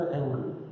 angry